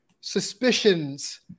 suspicions